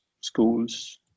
schools